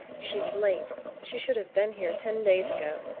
she's late. she should have been here ten days ago.